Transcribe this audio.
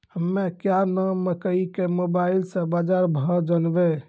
हमें क्या नाम मकई के मोबाइल से बाजार भाव जनवे?